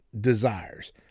desires